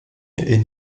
est